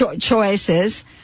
Choices